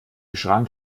schrank